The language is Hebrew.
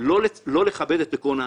לא לכבד את עקרון האשמה.